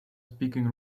speaking